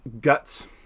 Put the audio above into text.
guts